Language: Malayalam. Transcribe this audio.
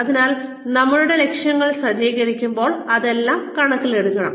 അതിനാൽ നമ്മളുടെ ലക്ഷ്യങ്ങൾ സജ്ജീകരിക്കുമ്പോൾ അതെല്ലാം കണക്കിലെടുക്കണം